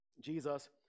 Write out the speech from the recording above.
Jesus